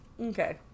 Okay